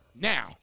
now